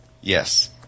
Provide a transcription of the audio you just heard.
Yes